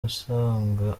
uzasanga